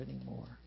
anymore